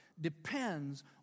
depends